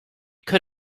could